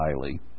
highly